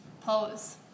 pose